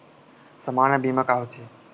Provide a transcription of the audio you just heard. सामान्य बीमा का होथे?